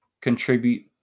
contribute